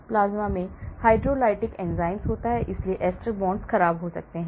plasma में hydrolytic enzyme होता है इसलिए ester bonds खराब हो सकते हैं